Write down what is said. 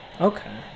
Okay